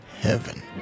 Heaven